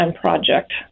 project